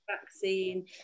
vaccine